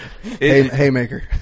Haymaker